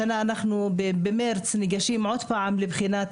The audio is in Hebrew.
במרץ השנה אנחנו ניגשים עוד פעם לבחינת